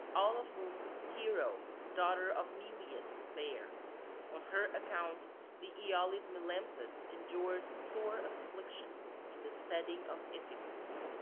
all of whom pero daughter of neleus bare on her account the aeolid melampus endured sore affliction in the steading of iphiclus.